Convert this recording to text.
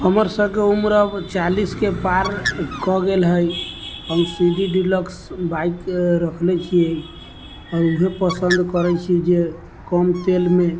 हमर सबके उम्र अब चालिसके पार कए गेल है हम सी डी डिलक्स बाइक रखले छियै आओर उहे पसन्द करै छी जे कम तेलमे